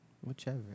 whichever